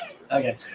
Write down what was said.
Okay